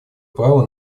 права